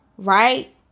Right